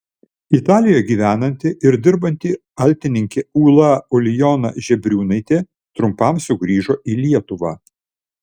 italijoje gyvenanti ir dirbanti altininkė ūla ulijona žebriūnaitė trumpam sugrįžo į lietuvą